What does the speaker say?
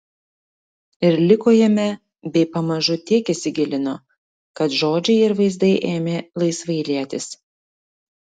ir liko jame bei pamažu tiek įsigilino kad žodžiai ir vaizdai ėmė laisvai lietis